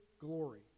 glory